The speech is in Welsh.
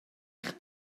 eich